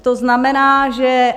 To znamená, že...